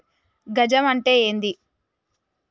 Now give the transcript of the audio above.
గజం అంటే ఏంది?